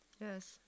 Yes